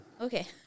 Okay